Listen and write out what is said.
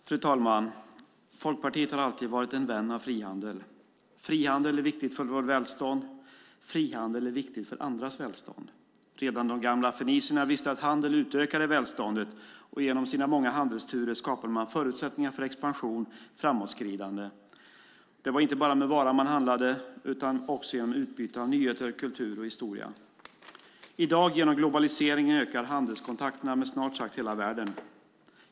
Fru talman! Folkpartiet har alltid varit en vän av frihandel. Frihandel är viktigt för vårt välstånd, och frihandel är viktigt för andras välstånd. Redan de gamla fenicierna viste att handel utökade välståndet, och genom sina många handelsturer skapade man förutsättningar för expansion och framåtskridande. Det var inte bara med varan man handlade utan också med nyheter, kultur och historia. I dag genom globaliseringen ökar handelskontakterna med snart sagt hela världen.